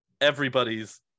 everybody's